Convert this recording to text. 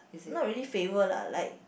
not really favour lah like